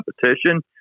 competition